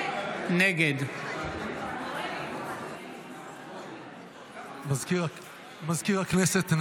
נגד מזכיר הכנסת,